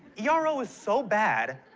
yeah ah ero is so bad,